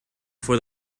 for